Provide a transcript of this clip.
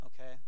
okay